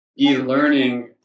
e-learning